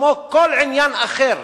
כמו כל עניין אחר?